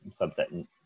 subset